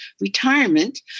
retirement